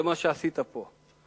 זה מה שעשית פה.